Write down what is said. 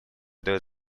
дает